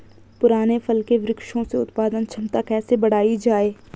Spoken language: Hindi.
पुराने फल के वृक्षों से उत्पादन क्षमता कैसे बढ़ायी जाए?